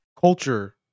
culture